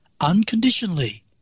unconditionally